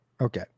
Okay